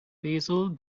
basil